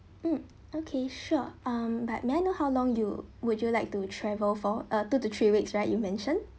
mm okay sure um but may I know how long you would you like to travel for uh two to three weeks right you mention